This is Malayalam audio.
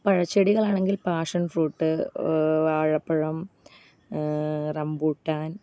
പഴച്ചെടികളാണെങ്കിൽ പാഷൻ ഫ്രൂട്ട് വാഴപ്പഴം റംബൂട്ടാൻ